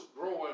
growing